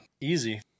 easy